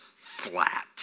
flat